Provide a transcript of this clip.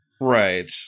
Right